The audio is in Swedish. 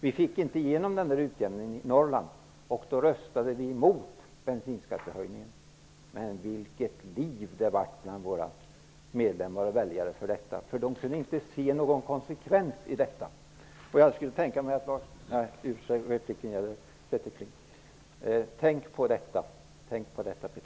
Vi fick inte igenom denna utjämning i Norrland, och då röstade vi emot bensinskattehöjningen. Vilket liv det blev bland våra medlemmar och väljare över detta! De kunde inte se någon konsekvens i det beslutet. Tänk på det, Peter Kling!